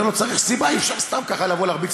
אומר לו: צריך סיבה, אי-אפשר סתם ככה לבוא להרביץ